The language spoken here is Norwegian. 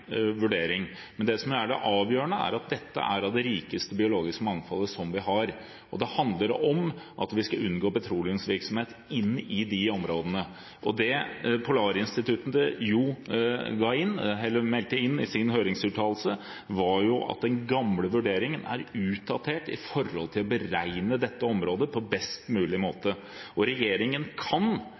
vurdering. Men det som er det avgjørende, er at dette er av det rikeste biologiske mangfoldet som vi har. Det handler om at vi skal unngå petroleumsvirksomhet inn i de områdene. Det Polarinstituttet jo meldte inn i sin høringsuttalelse, var at den gamle vurderingen er utdatert med hensyn til å beregne dette området på best mulig måte. Regjeringen kan